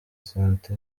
santé